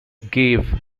gave